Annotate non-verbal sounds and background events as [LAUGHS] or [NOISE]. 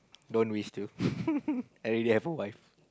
don't wish too [LAUGHS] everyday I put mine